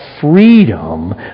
freedom